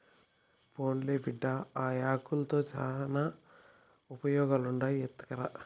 పోన్లే బిడ్డా, ఆ యాకుల్తో శానా ఉపయోగాలుండాయి ఎత్తకరా